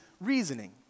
reasoning